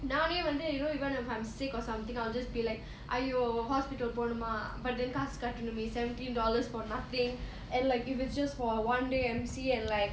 நானே வந்து:nane vandhu you don't even know I'm sick or something I'll just be like ஐயோ:ayyo hospital போணுமா:ponuma but then காசு கட்டணுமா:kaasu kattanuma seventy dollars for nothing and like if it's just for one day M_C and like